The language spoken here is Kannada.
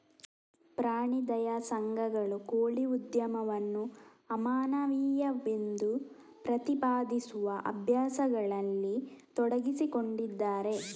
ಪ್ರಾಣಿ ದಯಾ ಸಂಘಗಳು ಕೋಳಿ ಉದ್ಯಮವನ್ನು ಅಮಾನವೀಯವೆಂದು ಪ್ರತಿಪಾದಿಸುವ ಅಭ್ಯಾಸಗಳಲ್ಲಿ ತೊಡಗಿಸಿಕೊಂಡಿದ್ದಾರೆ